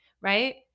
right